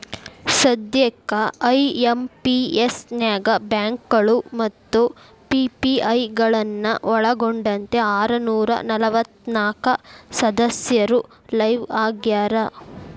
ಸದ್ಯಕ್ಕ ಐ.ಎಂ.ಪಿ.ಎಸ್ ನ್ಯಾಗ ಬ್ಯಾಂಕಗಳು ಮತ್ತ ಪಿ.ಪಿ.ಐ ಗಳನ್ನ ಒಳ್ಗೊಂಡಂತೆ ಆರನೂರ ನಲವತ್ನಾಕ ಸದಸ್ಯರು ಲೈವ್ ಆಗ್ಯಾರ